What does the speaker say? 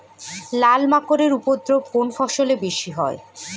লাল মাকড় এর উপদ্রব কোন ফসলে বেশি হয়?